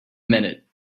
minute